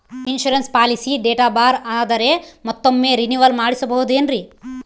Insurance policy date ಬಾರ್ ಆದರೆ ಮತ್ತೊಮ್ಮೆ ರಿನಿವಲ್ ಮಾಡಿಸಬಹುದೇ ಏನ್ರಿ?